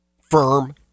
firm